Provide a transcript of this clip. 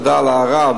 תודה על ההערה,